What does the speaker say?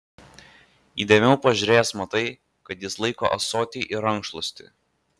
įdėmiau pažiūrėjęs matai kad jis laiko ąsotį ir rankšluostį